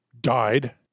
died